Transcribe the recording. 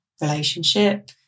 relationship